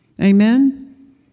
Amen